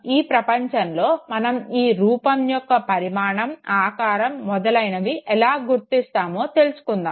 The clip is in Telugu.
ఈ ప్రపంచంలో మనం ఈ రూపం యొక్క పరిమాణం ఆకారం మొదలైనవి ఎలా గుర్తిస్తామో తెలుసుకుందాము